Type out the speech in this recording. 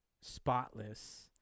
spotless